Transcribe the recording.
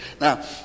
Now